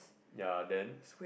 ya then